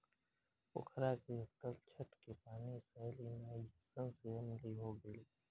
पोखरा के तलछट के पानी सैलिनाइज़ेशन से अम्लीय हो गईल बा